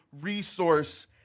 resource